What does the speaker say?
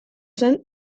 zen